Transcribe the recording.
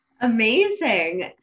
Amazing